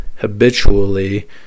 habitually